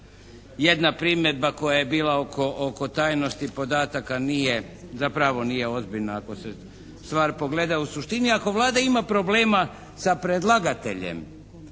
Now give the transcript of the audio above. jedna primjedba koja je bila oko tajnosti podataka nije, zapravo nije ozbiljna ako se stvar pogleda u suštini. Ako Vlada ima problema sa predlagateljem